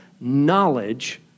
knowledge